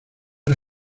era